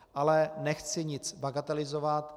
Ale nechci nic bagatelizovat.